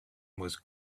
was